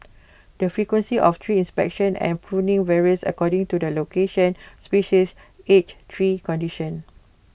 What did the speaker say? the frequency of tree inspection and pruning varies according to the location species age tree condition